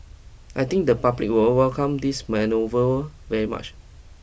I think the public will welcome this manoeuvre very much